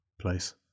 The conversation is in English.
place